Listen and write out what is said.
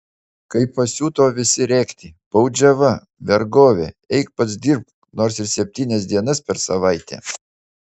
kai pasiuto visi rėkti baudžiava vergovė eik pats dirbk nors ir septynias dienas per savaitę